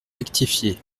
rectifié